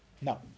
No